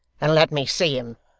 and let me see him